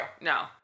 No